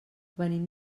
venim